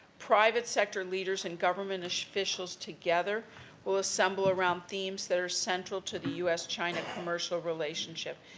private sector leaders and government officials together will assemble around themes that are central to the u s china commercial relationship,